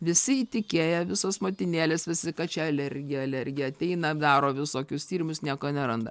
visi įtikėję visos motinėlės visi kad čia alergija alergija ateina daro visokius tyrimus nieko neranda